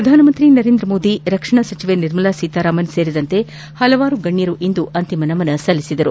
ಪ್ರಧಾನಮಂತ್ರಿ ನರೇಂದ್ರಮೋದಿ ರಕ್ಷಣಾ ಸಚಿವೆ ನಿರ್ಮಲಾ ಸೀತಾರಾಮನ್ ಸೇರಿದಂತೆ ಹಲವಾರು ಗಣ್ಣರು ಇಂದು ಅಂತಿಮ ನಮನ ಸಲ್ಲಿಸಿದರು